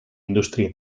indústria